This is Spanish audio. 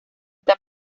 está